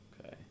okay